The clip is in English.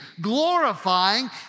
Glorifying